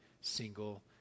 single